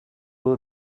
will